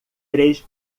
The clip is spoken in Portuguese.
três